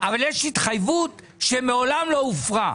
אבל יש התחייבות שמעולם לא הופרה.